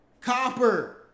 Copper